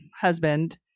husband